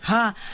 Ha